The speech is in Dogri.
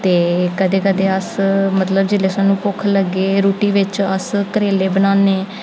ते कदें कदें अस मतलब जेल्लै सानूं भुक्ख लग्गे रुट्टी बिच अस करेले बनाने